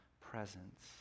presence